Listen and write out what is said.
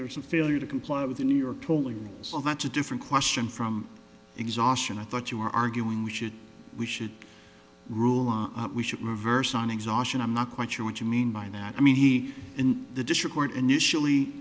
there is a failure to comply with the new york tolling well that's a different question from exhaustion i thought you were arguing we should we should rule we should reverse on exhaustion i'm not quite sure what you mean by that i mean he in the district were initially